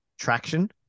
traction